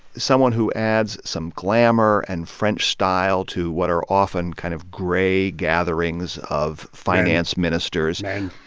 someone who adds some glamor and french style to what are often kind of gray gatherings of finance ministers. and